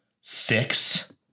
six